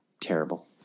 terrible